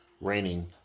raining